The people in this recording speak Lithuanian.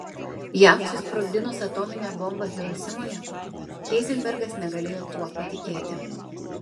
jav susprogdinus atominę bombą hirosimoje heizenbergas negalėjo tuo patikėti